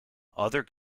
other